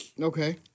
Okay